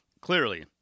clearly